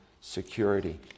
Security